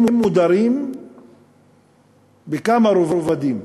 הם מודרים בכמה רבדים,